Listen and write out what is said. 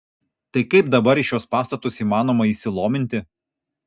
tai kaip dabar į šiuos pastatus įmanoma įsilominti